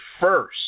first